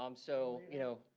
um so, you know